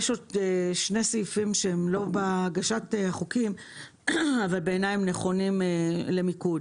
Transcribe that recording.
יש עוד שני סעיפים שנכונים בעיניי למיקוד.